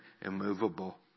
immovable